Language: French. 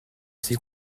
assez